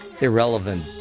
irrelevant